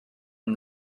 and